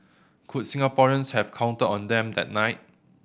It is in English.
could Singaporeans have counted on them that night